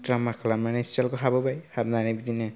drama खालामनानै सियालखौ हाबहोबाय हाबनानै बिदिनो